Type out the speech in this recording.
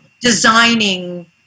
designing